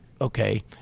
okay